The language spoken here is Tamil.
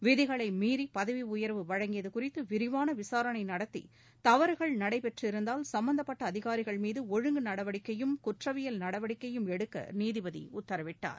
விதிகளை மீறி பதவி உயர்வு வழங்கியது குறித்து விரிவான விசாரணை நடத்தி தவறுகள் நடைபெற்றிருந்தால் சம்பந்தப்பட்ட அதிகாரிகள் மீது ஒழுங்கு நடவடிக்கையும் குற்றவியல் நடவடிக்கையும் எடுக்க நீதிபதி உத்தரவிட்டார்